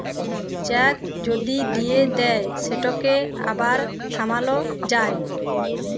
cheque যদি দিঁয়ে দেই সেটকে আবার থামাল যায়